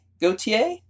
Gautier